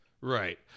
Right